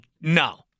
no